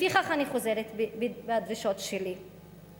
לפיכך אני חוזרת על הדרישות שלי,